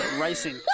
racing